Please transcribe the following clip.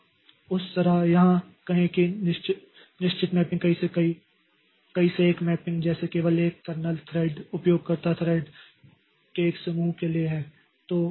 तो उस तरह या कहें कि निश्चित मैपिंग कई से एक मैपिंग जैसे केवल एक कर्नेल थ्रेड उपयोगकर्ता थ्रेड के एक समूह के लिए है